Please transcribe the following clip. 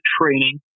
training